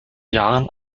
jahren